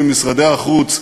במשרדי החוץ,